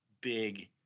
big